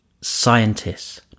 scientists